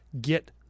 get